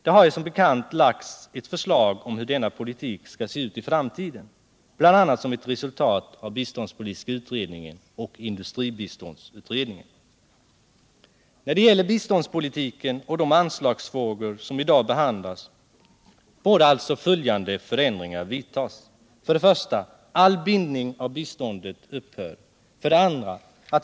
Som bekant har det framlagts ett förslag om hur denna politik skall se ut i framtiden, bl.a. som ett resultat av biståndspolitiska utredningen och industribiståndsutredningen. När det gäller biståndspolitiken och de anslagsfrågor som i dag behandlas borde alltså följande förändringar vidtas: 2.